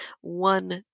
one